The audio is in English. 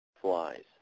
flies